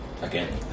again